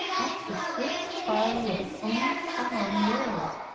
up the swift spiral of its own song whirled,